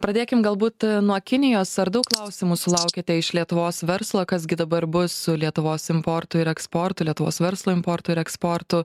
pradėkim galbūt nuo kinijos ar daug klausimų sulaukiate iš lietuvos verslo kas gi dabar bus su lietuvos importu ir eksportu lietuvos verslo importu ir eksportu